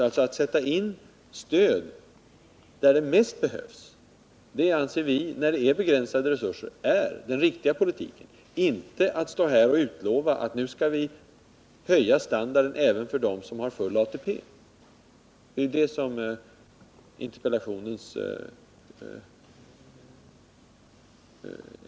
Alt sätta in stöd där det bäst behövs när vi har begränsade resurser anser vi vara den riktiga politiken — inte att utlova att vi skall höja standarden även för dem som har full ATP. Det är ju det som är ämnet för interpellationen.